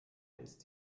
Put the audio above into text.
ist